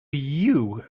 you